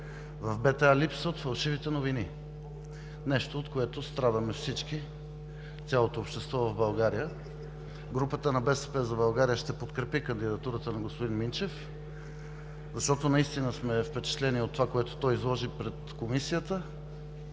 в БТА липсват фалшивите новини – нещо, от което страдаме всички, цялото общество в България. Групата на „БСП за България“ ще подкрепи кандидатурата на господин Минчев, защото наистина сме впечатлени от това, което той изложи пред Комисията.